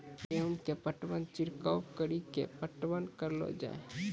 गेहूँ के पटवन छिड़काव कड़ी के पटवन करलो जाय?